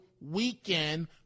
weekend